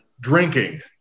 drinking